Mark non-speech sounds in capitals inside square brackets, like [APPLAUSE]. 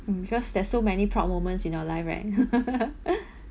mm because there's so many proud moments in your life right [LAUGHS] [BREATH]